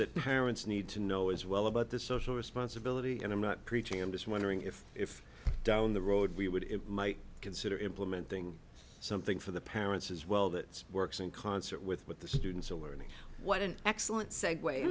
that parents need to know as well about the social responsibility and i'm not preaching i'm just wondering if if down the road we would it might consider implementing something for the parents as well that works in concert with what the students are learning what an excellent segue